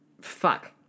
fuck